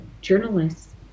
journalists